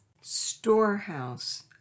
storehouse